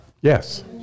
Yes